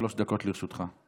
שלוש דקות לרשותך.